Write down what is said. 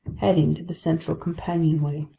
heading to the central companionway.